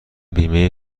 بیمه